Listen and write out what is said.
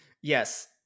yes